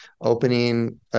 opening